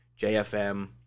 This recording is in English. JFM